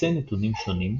בסיסי נתונים שונים,